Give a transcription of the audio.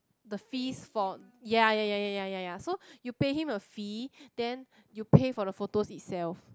the fees for ya ya ya ya ya ya so you pay him a fee then you pay for the photos itself